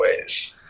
ways